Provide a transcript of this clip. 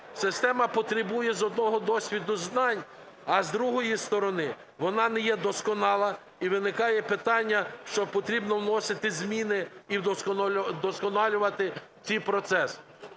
Система потребує, з одного, досвіду знань, а, з другої сторони, вона не є досконала і виникає питання, що потрібно вносити зміни і вдосконалювати цей процес.